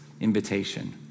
invitation